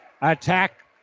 attack